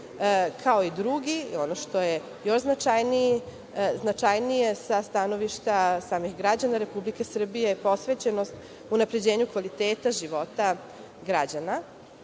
kao i drugi, ono što je još značajnije, sa stanovišta samih građana Republike Srbije, posvećenost unapređenju kvaliteta života građana. Dakle,